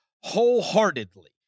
wholeheartedly